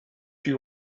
you